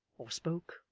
or spoke,